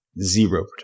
zero